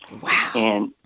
Wow